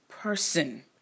Person